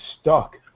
stuck